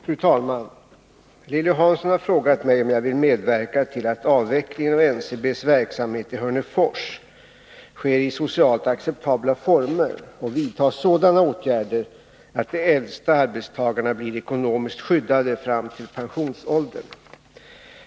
Fru talman! Lilly Hansson har frågat mig om jag vill medverka till att avvecklingen av NCB:s verksamhet i Hörnefors sker i socialt acceptabla former och vidta sådana åtgärder att de äldsta arbetstagarna blir ekonomiskt skyddade fram till pensionsåldern.